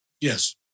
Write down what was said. Yes